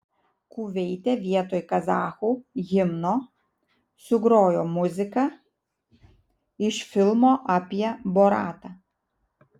kuveite vietoj kazachų himno sugrojo muziką iš filmo apie boratą